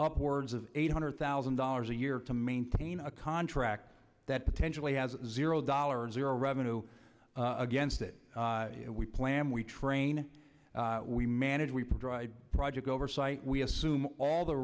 upwards of eight hundred thousand dollars a year to maintain a contract that potentially has zero dollars zero revenue against it we plan we train we manage we drive project oversight we assume all the